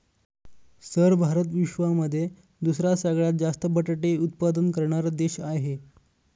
sir Bharat विश्वामध्ये दुसरा सगळ्यात जास्त बटाटे उत्पादन करणारा देश आहे